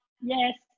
Yes